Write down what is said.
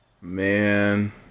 Man